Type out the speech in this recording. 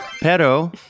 pero